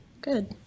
good